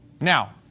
Now